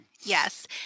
Yes